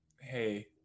hey